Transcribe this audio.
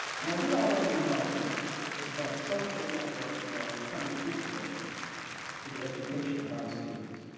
now, we already know that social networks are becoming integral to the education of our students.